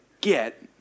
get